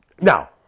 Now